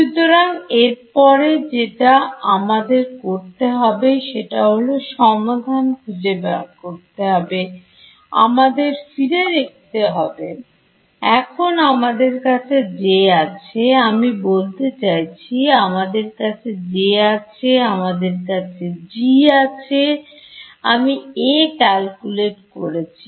সুতরাং এর পরে যেটা আমাদের করতে হবে সেটা হলো সমাধান খুঁজে বার করতে হবে আমাদের ফিরে দেখতে হবে এখন আমাদের কাছে J আছে আমি বলতে চাইছি আমাদের কাছে J আছে আমাদের কাছে G আছে আমি A ক্যালকুলেট করেছি